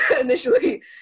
initially